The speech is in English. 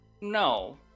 No